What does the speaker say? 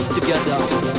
together